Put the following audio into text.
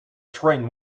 train